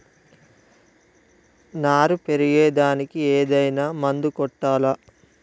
నారు పెరిగే దానికి ఏదైనా మందు కొట్టాలా?